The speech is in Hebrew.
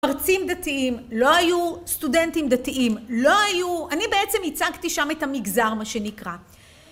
מרצים דתיים לא היו סטודנטים דתיים לא היו אני בעצם הצגתי שם את המגזר מה שנקרא